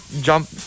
jump